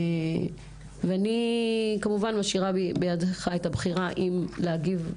ואני כמובן, משאירה בידך את הבחירה אם להגיב,